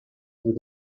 with